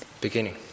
Beginning